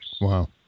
Wow